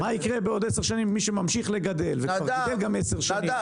מה יקרה בעוד עשר שנים עם מי שממשיך לגדל וכבר גידל גם עשר שנים,